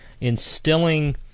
instilling